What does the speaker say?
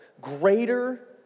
greater